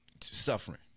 suffering